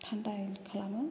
थान्दायै खालामो